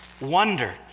wonder